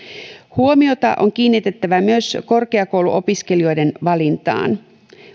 huomiota on kiinnitettävä myös korkeakouluopiskelijoiden valintaan